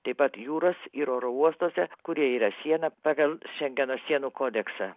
taip pat jūros ir oro uostuose kurie yra siena pagal šengeno sienų kodeksą